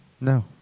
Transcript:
No